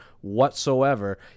whatsoever